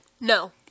no